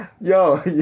yo